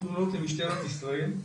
משטרת ישראל,